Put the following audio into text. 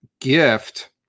gift